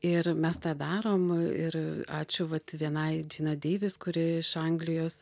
ir mes tą darom ir ačiū vat vienai dina deivis kuri iš anglijos